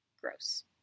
gross